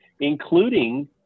including